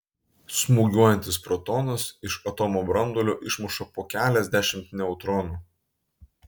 smūgiuojantis protonas iš atomo branduolio išmuša po keliasdešimt neutronų